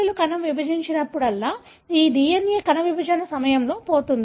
coli కణం విభజించినప్పుడల్లా ఈ DNA కణ విభజన సమయంలో పోతుంది